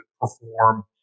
perform